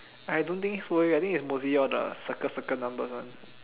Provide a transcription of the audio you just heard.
I don't think so eh I think is mostly all the circle circle numbers one